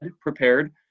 prepared